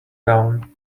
down